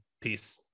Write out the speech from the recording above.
Peace